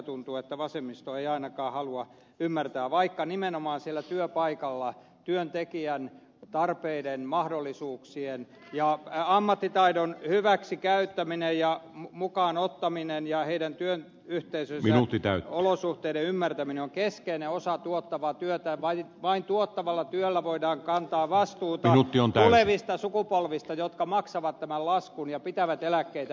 tuntuu että vasemmisto ei ainakaan halua sitä ymmärtää vaikka nimenomaan siellä työpaikalla työntekijän tarpeiden mahdollisuuksien ja ammattitaidon hyväksikäyttäminen ja mukaan ottaminen ja työyhteisön olosuhteiden ymmärtäminen on keskeinen osa tuottavaa työtä ja vain tuottavalla työllä voidaan kantaa vastuuta tulevista sukupolvista jotka maksavat tämän laskun ja pitävät eläkkeitä yllä